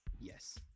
Yes